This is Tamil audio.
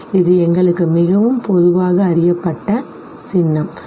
இது எங்களுக்கு மிகவும் பொதுவாக அறியப்பட்ட சின்னம் சரி